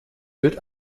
wird